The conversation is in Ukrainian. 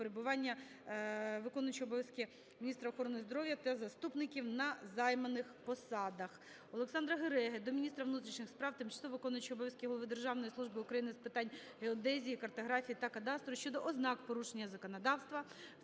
перебування виконуючого обов'язки міністра охорони здоров'я та заступників на займаних посадах. Олександра Гереги до міністра внутрішніх справ, тимчасово виконуючого обов'язки голови Державної служби України з питань геодезії, картографії та кадастру щодо ознак порушення законодавства